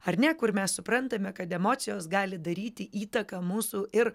ar ne kur mes suprantame kad emocijos gali daryti įtaką mūsų ir